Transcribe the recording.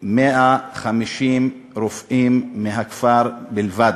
150 רופאים, מהכפר בלבד,